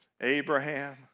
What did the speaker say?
Abraham